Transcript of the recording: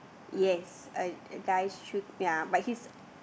yes a a guy shoot ya but he's